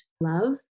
love